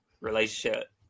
relationship